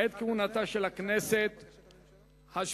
בעת כהונתה של הכנסת השבע-עשרה.